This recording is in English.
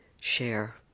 share